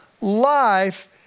life